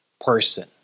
person